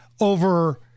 over